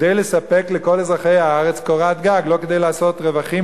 לספק לכל אזרחי הארץ קורת גג ולא כדי לעשות רווחים,